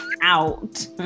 out